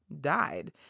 died